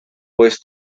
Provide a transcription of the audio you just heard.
pues